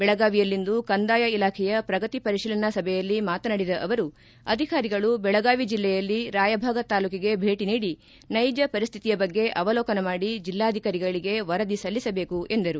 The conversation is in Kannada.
ಬೆಳಗಾವಿಯಲ್ಲಿಂದು ಕಂದಾಯ ಇಲಾಖೆಯ ಪ್ರಗತಿ ಪರಿಶೀಲನಾ ಸಭೆಯಲ್ಲಿ ಮಾತನಾಡಿದ ಅವರು ಅಧಿಕಾರಿಗಳು ಬೆಳಗಾವಿ ಜಿಲ್ಲೆಯಲ್ಲಿ ರಾಯಭಾಗ ತಾಲ್ಲೂಕಿಗೆ ಭೇಟಿ ನೀಡಿ ನೈಜ ಪರಿಸ್ತಿತಿಯ ಬಗ್ಗೆ ಅವಲೋಕನ ಮಾಡಿ ಜಿಲ್ಲಾಧಿಕಾರಿಗಳಿಗೆ ವರದಿ ಸಲ್ಲಿಸಬೇಕು ಎಂದರು